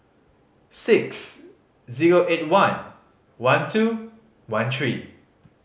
six zero eight one one two one three